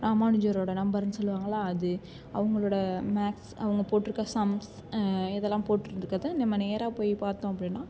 ராமானுஜரோடு நம்பர்ன்னு சொல்லுவாங்கள்ல அது அவங்களோட மேக்ஸ் அவங்க போட்டுருக்க சம்ஸ் இதெல்லாம் போட்டுருக்குறத நம்ம நேராக போய் பார்த்தோம் அப்படினா